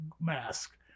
mask